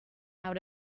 out